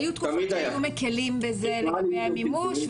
היו תקופות שהיו מקלים בזה לגבי המימוש.